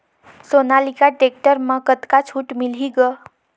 Sonalika tractor म कतका छूट मिलही ग?